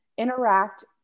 interact